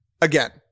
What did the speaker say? Again